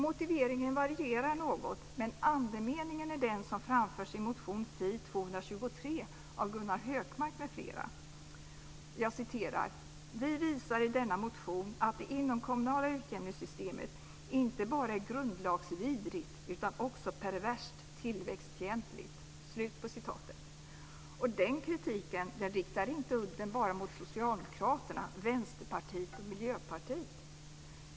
Motiveringen varierar något, men andemeningen är den som framförs i motion FI223 av Gunnar Hökmark m.fl. Jag citerar: "Vi visar i denna motion att det inomkommunala utjämningssystemet inte bara är grundlagsvidrigt utan också perverst tillväxtfientligt." Den kritiken riktar inte bara udden mot Socialdemokraterna, Vänsterpartiet och Miljöpartiet.